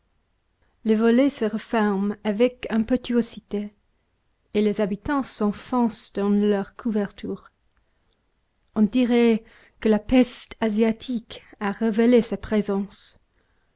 les volets se referment avec impétuosité et les habitants s'enfoncent dans leurs couvertures on dirait que la peste asiatique a révélé sa présence